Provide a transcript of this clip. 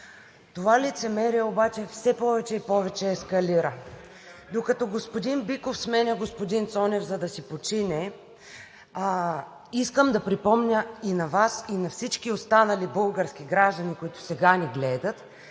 Това лицемерие обаче все повече и повече ескалира. Докато господин Биков сменя господин Цонев, за да си почине, искам да припомня и на Вас, и на всички останали български граждани, които сега ни гледат